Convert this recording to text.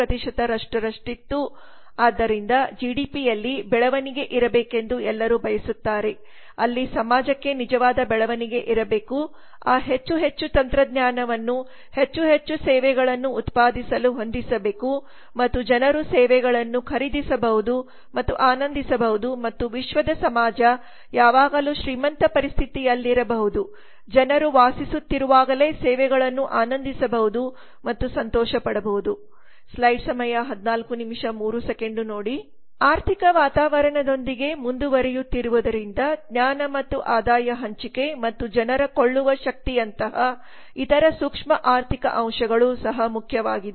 5 ರಷ್ಟಿತ್ತು ಆದ್ದರಿಂದ ಜಿಡಿಪಿಯಲ್ಲಿ ಬೆಳವಣಿಗೆ ಇರಬೇಕೆಂದು ಎಲ್ಲರೂ ಬಯಸುತ್ತಾರೆ ಅಲ್ಲಿ ಸಮಾಜಕ್ಕೆ ನಿಜವಾದ ಬೆಳವಣಿಗೆ ಇರಬೇಕು ಆ ಹೆಚ್ಚು ಹೆಚ್ಚು ತಂತ್ರಜ್ಞಾನವನ್ನು ಹೆಚ್ಚು ಹೆಚ್ಚು ಸೇವೆಗಳನ್ನು ಉತ್ಪಾದಿಸಲು ಹೊಂದಿಸಬೇಕು ಮತ್ತು ಜನರು ಸೇವೆಗಳು ಖರೀದಿಸಬಹುದು ಮತ್ತು ಆನಂದಿಸಬಹುದು ಮತ್ತು ವಿಶ್ವದ ಸಮಾಜ ಯಾವಾಗಲೂ ಶ್ರೀಮಂತ ಪರಿಸ್ಥಿತಿಯಲ್ಲಿರಬಹುದು ಜನರು ವಾಸಿಸುತ್ತಿರುವಾಗಲೇ ಸೇವೆಗಳನ್ನು ಆನಂದಿಸಬಹುದು ಮತ್ತು ಸಂತೋಷ ಪಡಬಹುದು ಆರ್ಥಿಕ ವಾತಾವರಣದೊಂದಿಗೆ ಮುಂದುವರಿಯುವುದರಿಂದ ಜ್ಞಾನ ಮತ್ತು ಆದಾಯ ಹಂಚಿಕೆ ಮತ್ತು ಜನರ ಕೊಳ್ಳುವ ಶಕ್ತಿಯಂತಹ ಇತರ ಸೂಕ್ಷ್ಮ ಆರ್ಥಿಕ ಅಂಶಗಳು ಸಹ ಮುಖ್ಯವಾಗಿದೆ